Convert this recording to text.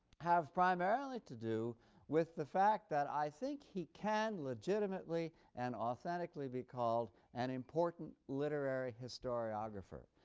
have primarily to do with the fact that i think he can legitimately and authentically be called an important literary historiographer.